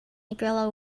nikola